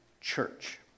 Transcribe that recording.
church